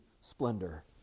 splendor